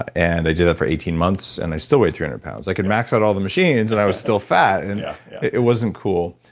and i did that for eighteen months and i still weighed three hundred pounds i could max out all the machines and i was still fat and yeah it wasn't cool.